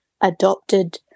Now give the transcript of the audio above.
adopted